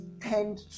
tend